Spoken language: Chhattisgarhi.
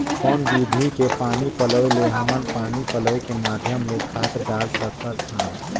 कौन विधि के पानी पलोय ले हमन पानी पलोय के माध्यम ले खाद डाल सकत हन?